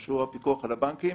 שהוא הפיקוח על הבנקים,